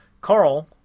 carl